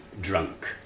drunk